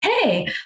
hey